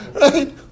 right